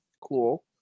cool